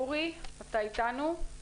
אורי, אתה אתנו?